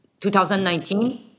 2019